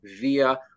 via